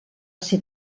ser